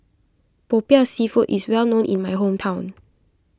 Popiah Seafood is well known in my hometown